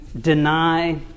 deny